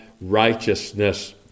righteousness